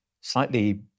slightly